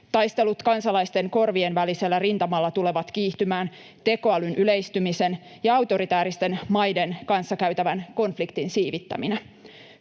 Taistelut kansalaisten korvien välisellä rintamalla tulevat kiihtymään tekoälyn yleistymisen ja autoritääristen maiden kanssa käytävän konfliktin siivittäminä.